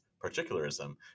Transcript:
particularism